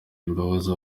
imbabazi